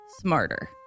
smarter